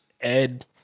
Ed